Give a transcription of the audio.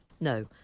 no